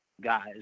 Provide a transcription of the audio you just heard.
guys